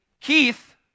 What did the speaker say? Keith